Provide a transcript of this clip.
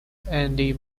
andy